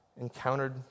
encountered